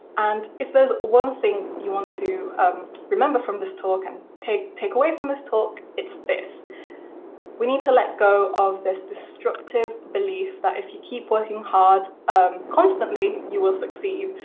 and if there is one thing you want to remember from this talk, and take take away from this talk, it's this we need to let go of this destructive belief that, if you keep working hard um constantly, you will succeed,